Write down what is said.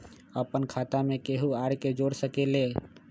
अपन खाता मे केहु आर के जोड़ सके ला?